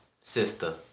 sister